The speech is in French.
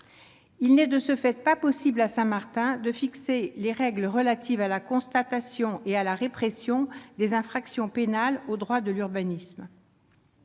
Il n'est de ce fait pas possible à Saint-Martin de fixer les règles relatives à la constatation et à la répression des infractions pénales au droit de l'urbanisme.